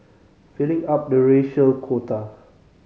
filling up the racial quota